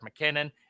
McKinnon